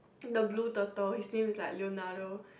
the blue turtle his name is like Leonardo